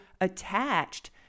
attached